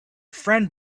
friend